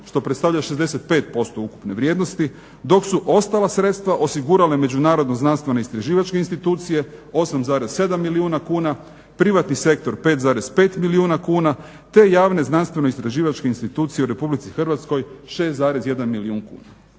što predstavlja 65% ukupne vrijednosti, dok su ostala sredstava osigurale međunarodno istraživačke institucije 8,7 milijuna kuna, privatni sektor 5,5 milijuna te javne znanstveno-istraživačke institucije u Republici Hrvatskoj 6,1 milijun kuna.